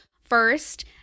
first